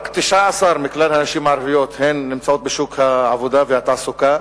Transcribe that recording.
רק 19% מכלל הנשים הערביות נמצאות בשוק העבודה והתעסוקה,